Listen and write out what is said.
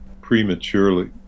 prematurely